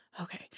Okay